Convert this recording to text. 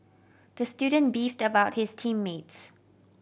the student beefed about his team mates